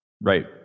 Right